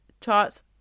charts